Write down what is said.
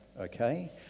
okay